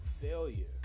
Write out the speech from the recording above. failure